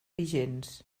vigents